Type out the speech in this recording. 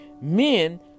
men